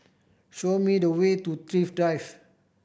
show me the way to Thrift Drive